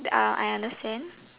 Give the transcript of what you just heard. uh I understand